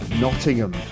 Nottingham